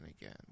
again